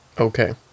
Okay